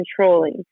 controlling